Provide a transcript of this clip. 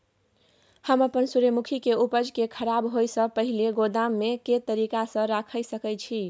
हम अपन सूर्यमुखी के उपज के खराब होयसे पहिले गोदाम में के तरीका से रयख सके छी?